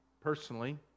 personally